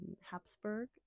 Habsburg